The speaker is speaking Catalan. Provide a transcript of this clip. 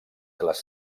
les